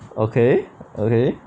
okay okay